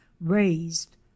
raised